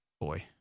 Boy